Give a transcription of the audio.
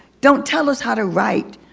don't tell us how to write,